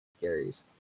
Gary's